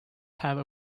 have